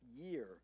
year